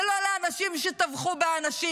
ולא לאנשים שטבחו באנשים?